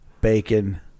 bacon